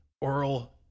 oral